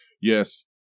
yes